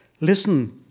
Listen